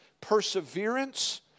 perseverance